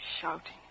shouting